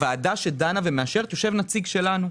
בוועדה שדנה ומאשרת יושב נציג שלנו,